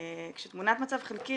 כשתמונת מצב היא חלקית